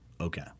okay